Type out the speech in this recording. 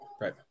Right